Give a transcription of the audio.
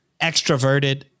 extroverted